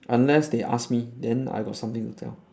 unless they ask me then I got something to tell